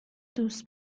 دوست